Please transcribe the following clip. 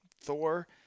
Thor